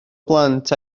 plant